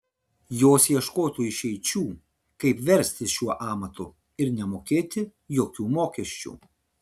jos ieškotų išeičių kaip verstis šiuo amatu ir nemokėti jokių mokesčių